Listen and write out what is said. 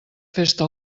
festa